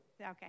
Okay